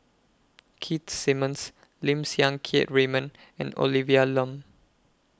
Keith Simmons Lim Siang Keat Raymond and Olivia Lum